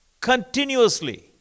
continuously